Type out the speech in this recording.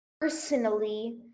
personally